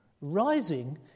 rising